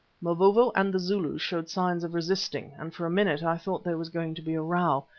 mavovo and the zulus showed signs of resisting and for a minute i thought there was going to be a row,